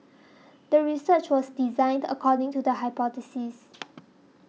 the research was designed according to the hypothesis